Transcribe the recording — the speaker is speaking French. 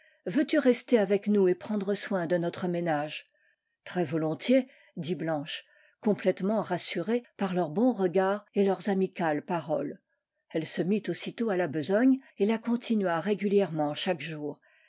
veux-tu rester avec nous et prendre soin de notre ménage très-volontiers dit blanche complètement rassurée par leurs bons regards et leurs amicales paroles elle se mit aussitôt à la besogne et la continua régulièrement chaque jour